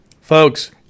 Folks